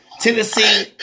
Tennessee